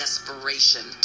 Desperation